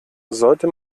sollte